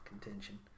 contention